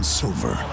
silver